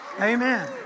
Amen